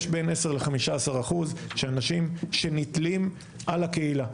יש בין 10-15 אחוזים של אנשים שנתלים על הקהילה.